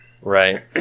Right